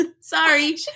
Sorry